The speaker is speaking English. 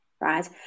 right